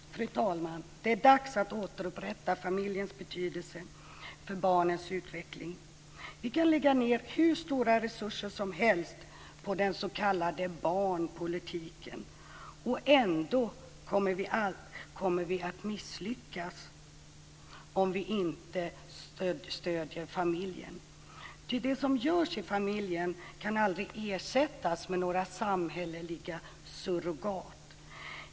Fru talman! Det är dags att återupprätta familjens betydelse för barnens utveckling. Vi kan lägga ned hur stora resurser som helst på den s.k. barnpolitiken, och ändå kommer vi att misslyckas om vi inte stöder familjen. Ty det som görs i familjen kan aldrig ersättas med några samhälleliga surrogat.